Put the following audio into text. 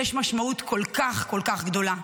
יש משמעות כל כך כל כך גדולה.